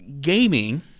gaming